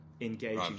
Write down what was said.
engaging